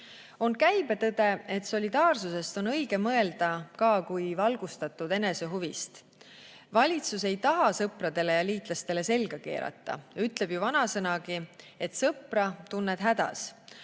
On käibetõde, et solidaarsusest on õige mõelda ka kui valgustatud enesehuvist. Valitsus ei taha sõpradele ja liitlastele selga keerata. Ütleb ju vanasõnagi, et sõpra tunned hädas.